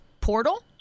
portal